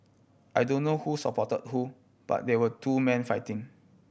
I don't know who support who but there were two men fighting